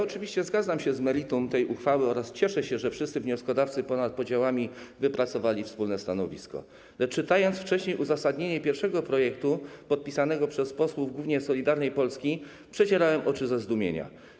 Oczywiście zgadzam się z meritum tej uchwały oraz cieszę się, że wszyscy wnioskodawcy ponad podziałami wypracowali wspólne stanowisko, lecz czytając wcześniej uzasadnienie pierwszego projektu, podpisanego przez posłów głównie Solidarnej Polski, przecierałem oczy ze zdumienia.